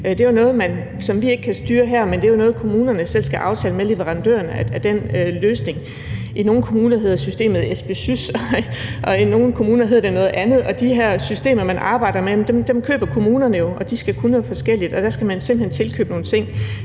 Det er jo noget, som vi ikke kan styre herfra – kommunene skal selv lave aftaler med leverandørerne om sådan en løsning. I nogle kommuner hedder systemet SBSYS, og i andre kommuner hedder det noget andet, og de systemer, man arbejder med, køber kommunerne jo, og de skal kunne noget forskelligt, og der skal man simpelt hen tilkøbe nogle ting.